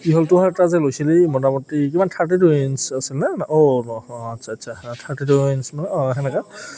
কি হ'ল তই এটা যে লৈছিলি মোটামুটি কিমান থাৰ্টি টু ইঞ্চ আছিলনে অ' ন অঁ আচ্ছা আচ্ছা থাৰ্টি টু ইঞ্চ মানে অঁ তেনেকৈ